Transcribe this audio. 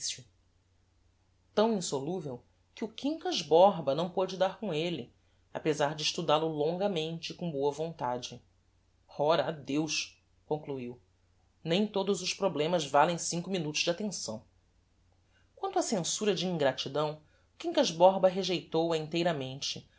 beneficio tão insoluvel que o quincas borba não pôde dar com elle apezar de estudal o longamente e com boa vontade ora adeus concluiu nem todos os problemas valem cinco minutos de attenção quanto á censura de ingratidão o quincas borba rejeitou a inteiramente